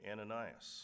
Ananias